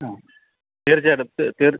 ആ തീർച്ചയായിട്ടും